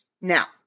Now